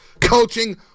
coaching